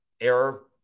error